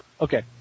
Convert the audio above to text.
Okay